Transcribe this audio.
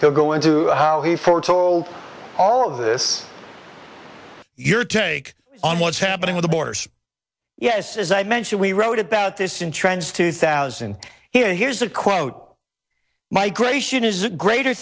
to go into how he foretold all of this your take on what's happening at the borders yes as i mentioned we wrote about this in trends two thousand here here's a quote migration is a greater